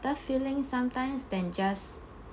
feeling sometimes than just